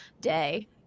day